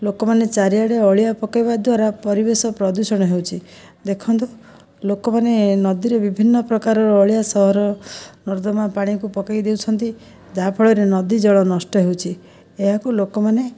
ଲୋକମାନେ ଚାରିଆଡ଼େ ଅଳିଆ ପକାଇବା ଦ୍ୱାରା ପରିବେଶ ପ୍ରଦୂଷଣ ହେଉଛି ଦେଖନ୍ତୁ ଲୋକମାନେ ନଦୀରେ ବିଭିନ୍ନ ପ୍ରକାରର ଅଳିଆ ସହରର ନର୍ଦ୍ଦମା ପାଣିକୁ ପକାଇ ଦେଉଛନ୍ତି ଯାହାଫଳରେ ନଦୀ ଜଳ ନଷ୍ଟ ହେଉଛି ଏହାକୁ ଲୋକମାନେ